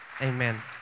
amen